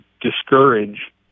discourage